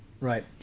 Right